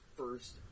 first